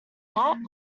that